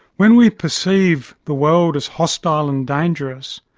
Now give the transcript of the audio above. when we perceive the world as hostile and dangerous,